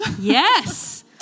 Yes